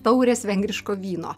taurės vengriško vyno